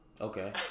Okay